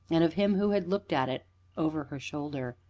and of him who had looked at it over her shoulder.